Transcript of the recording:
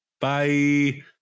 Bye